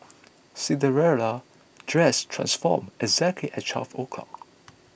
Cinderella's dress transformed exactly at twelve o'clock